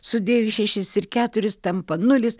sudėjus šešis ir keturis tampa nulis